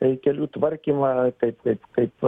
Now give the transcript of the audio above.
į kelių tvarkymą taip kaip kaip